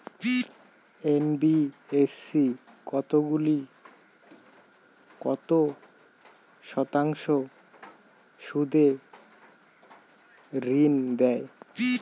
NBFC কতগুলি কত শতাংশ সুদে ঋন দেয়?